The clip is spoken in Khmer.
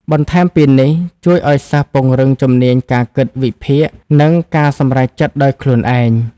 បន្ថែមពីនេះជួយឲ្យសិស្សពង្រឹងជំនាញការគិតវិភាគ និងការសម្រេចចិត្តដោយខ្លួនឯង។